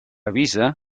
avisa